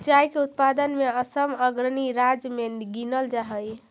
चाय के उत्पादन में असम अग्रणी राज्य में गिनल जा हई